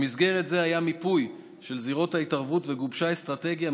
במסגרת זו היה מיפוי של זירות ההתערבות וגובשה אסטרטגיה,